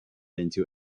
into